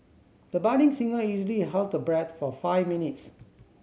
the budding singer easily held her breath for five minutes